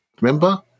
Remember